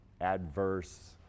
adverse